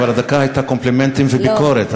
אבל הדקה הייתה קומפלימנטים וביקורת,